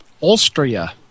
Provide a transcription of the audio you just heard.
Austria